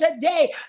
today